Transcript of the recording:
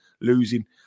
losing